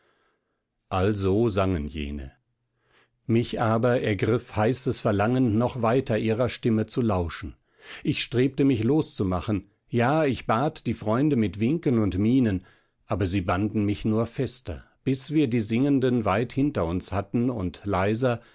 also sangen jene mich aber ergriff heißes verlangen noch weiter ihrer stimme zu lauschen ich strebte mich loszumachen ja ich bat die freunde mit winken und mienen aber sie banden mich nur fester bis wir die singenden weit hinter uns hatten und leiser